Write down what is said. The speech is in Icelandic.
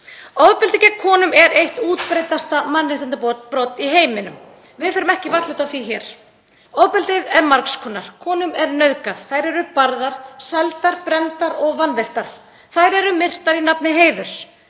Ofbeldi gegn konum er eitt útbreiddasta mannréttindabrot í heiminum. Við förum ekki varhluta af því hér. Ofbeldið er margs konar: Konum er nauðgað, þær eru barðar, seldar, brenndar og vanvirtar. Þær eru myrtar í nafni heiðurs.